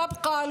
תודה רבה.